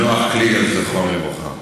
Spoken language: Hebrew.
נח קליגר, זכרם לברכה.